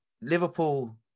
Liverpool